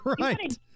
right